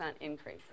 increase